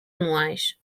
anuais